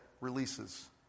releases